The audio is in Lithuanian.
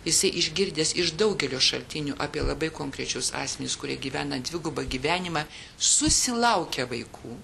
jisai išgirdęs iš daugelio šaltinių apie labai konkrečius asmenis kurie gyvena dvigubą gyvenimą susilaukia vaikų